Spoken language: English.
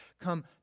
come